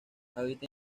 habita